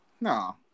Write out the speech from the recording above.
No